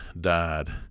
died